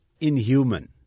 inhuman